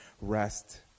rest